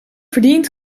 verdiend